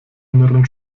inneren